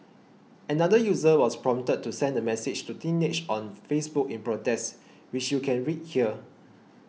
another user was prompted to send a message to Teenage on Facebook in protest which you can read here